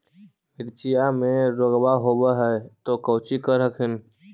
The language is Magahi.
मिर्चया मे रोग्बा होब है तो कौची कर हखिन?